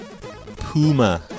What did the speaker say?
Puma